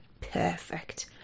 perfect